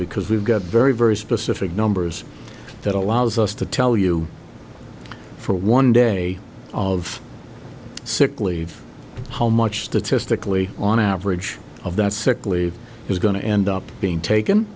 because we've got very very specific numbers that allows us to tell you for one day of sick leave how much statistically on average of that sick leave is going to end up being taken